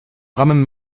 rammen